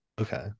Okay